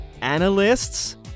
analysts